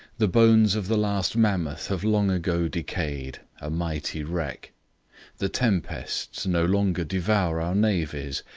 the bones of the last mammoth have long ago decayed, a mighty wreck the tempests no longer devour our navies,